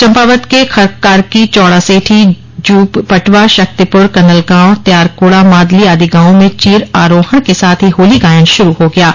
चम्पावत के खर्ककार्की चौड़ासेठी जूप पटवा शक्तिपुर कनलगांव त्यारकुड़ा मादली आदि गांवों में चीर आरोहण के साथ ही होली गायन शुरू हो गया है